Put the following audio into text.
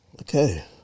Okay